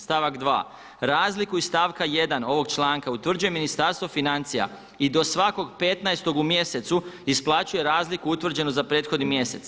Stavak 2. razliku iz stavka 1. ovoga članka utvrđuje Ministarstvo financija i do svakog 15-toga u mjesecu isplaćuje razliku utvrđenu za prethodni mjesec.